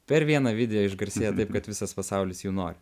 per vieną video išgarsėjo taip kad visas pasaulis jų nori